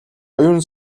оюун